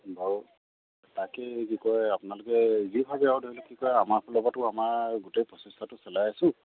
বাৰু তাকেই কি কয় আপোনালোকে যি ভাৱে আৰু ধৰি কি কয় আমাৰ ফালৰ পৰাটো আমাৰ গোটেই প্ৰচেষ্টা চলাই আছোঁ